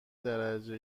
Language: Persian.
درجه